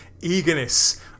eagerness